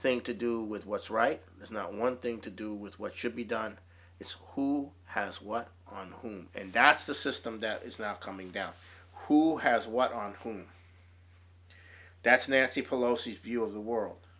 thing to do with what's right is not one thing to do with what should be done it's who has what on and that's the system that is now coming down who has what on whom that's nancy pelosi few of the world